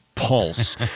Pulse